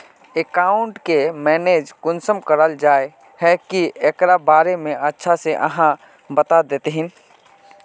Account के manage कुंसम कराल जाय है की एकरा बारे में अच्छा से आहाँ बता देतहिन?